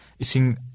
Ising